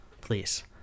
please